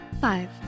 Five